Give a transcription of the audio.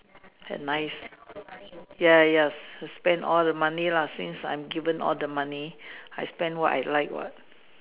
they're nice ya ya spend all the money lah since I'm given all the money I spend what I like what